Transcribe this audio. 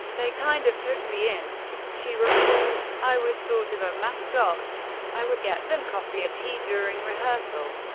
they kind of took me in, she recalled. i was sort of a mascot i would get them coffee or tea during rehearsal.